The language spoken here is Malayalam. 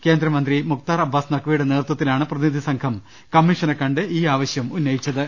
കേന്ദ്രമന്ത്രി മുക്താർ അബ്ബാസ് നഖ്വിയുടെ നേതൃത്വത്തിലാണ് പ്രതിനിധി സംഘം കമ്മീഷനെ കണ്ട് ഈ ആവശ്യം ഉന്നയിച്ചത്